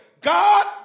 God